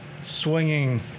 swinging